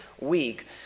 week